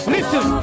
Listen